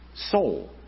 Soul